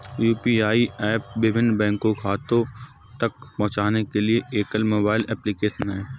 UPI app विभिन्न bank खातों तक पहुँचने के लिए एकल मोबाइल एप्लिकेशन है